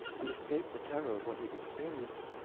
and escape the terror of what he'd experienced,